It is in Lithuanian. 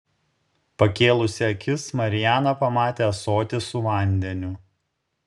pakėlusi akis mariana pamatė ąsotį su vandeniu